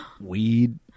Weed